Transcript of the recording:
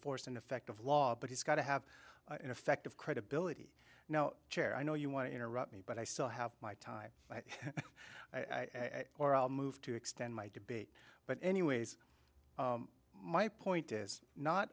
force and effect of law but it's got to have an effect of credibility now chair i know you want to interrupt me but i still have my time or i'll move to extend my debate but anyways my point is not